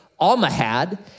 Almahad